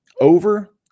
over